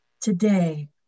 Today